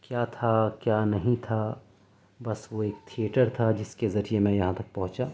کیا تھا کیا نہیں تھا بس وہی تھئیٹر تھا جس کے ذریعے میں یہاں تک پہنچا